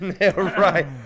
Right